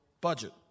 budget